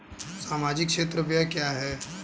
सामाजिक क्षेत्र व्यय क्या है?